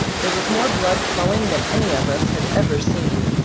there was more blood flowing than any of us had ever seen.